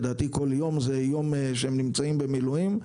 לדעתי כל יום זה יום שהם נמצאים במילואים.